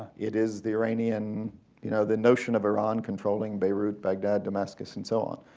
it is the iranianyou and you know, the notion of iran controlling beirut, baghdad, damascus, and so on.